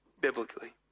biblically